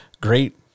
great